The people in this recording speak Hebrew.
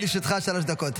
בבקשה, לרשותך שלוש דקות.